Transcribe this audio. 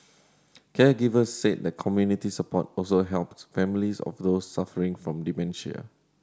caregivers said that community support also helped families of those suffering from dementia